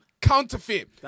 counterfeit